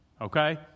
okay